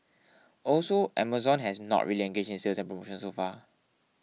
also Amazon has not really engaged in sales and promotions so far